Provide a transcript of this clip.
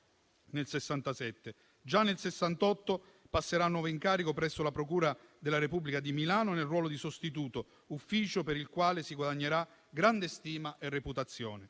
nel 1967. Già nel 1968 passerà a nuovo incarico presso la procura della Repubblica di Milano nel ruolo di sostituto, ufficio per il quale si guadagnerà grande stima e reputazione.